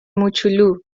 موچولو